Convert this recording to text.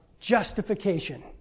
justification